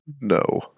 No